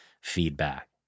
feedback